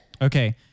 Okay